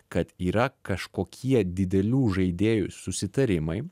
kad yra kažkokie didelių žaidėjų susitarimai